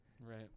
Right